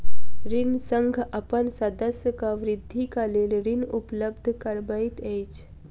ऋण संघ अपन सदस्यक वृद्धिक लेल ऋण उपलब्ध करबैत अछि